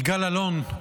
יגאל אלון,